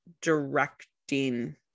directing